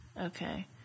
Okay